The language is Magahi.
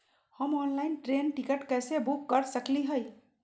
हम ऑनलाइन ट्रेन टिकट कैसे बुक कर सकली हई?